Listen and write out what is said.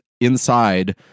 inside